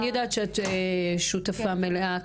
אני יודעת שאת שותפה מלאה,